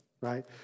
right